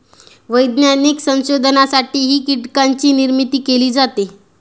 वैज्ञानिक संशोधनासाठीही कीटकांची निर्मिती केली जाते